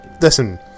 listen